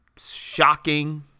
shocking